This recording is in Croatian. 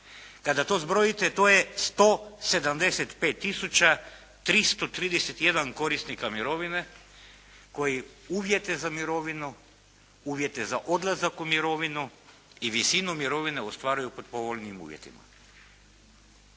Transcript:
Kada to zbrojite, to je 175 tisuća 331 korisnika mirovine koji uvjete za mirovinu, uvjete za odlazak u mirovinu i visinu mirovine ostvaruju pod povoljnim uvjetima.